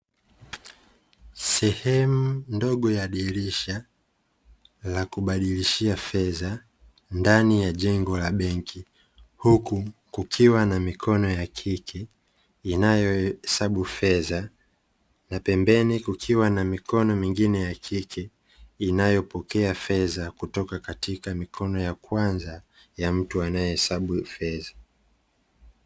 Sehemu ndogo ya dirisha la kubadilishia fedha ndani ya jengo la benki huku kukiwa na mikono ya kike inayohesabu fedha na pembeni kukiwa na mikono mingine ya kike inayopokea fedha kutoka katika mikono ya kwanza ya mtu anayehesabu fedha.